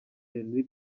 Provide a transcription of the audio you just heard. henri